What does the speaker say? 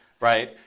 Right